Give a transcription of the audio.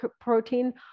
protein